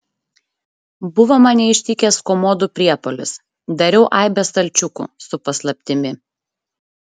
buvo mane ištikęs komodų priepuolis dariau aibę stalčiukų su paslaptimi